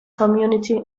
community